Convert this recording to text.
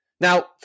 Now